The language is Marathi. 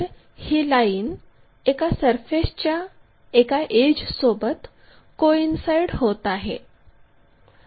तर ही लाईन एका सरफेसच्या एका एड्जसोबत कोइन्साईड होत आहे